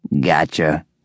Gotcha